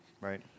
Right